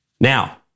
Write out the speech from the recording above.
Now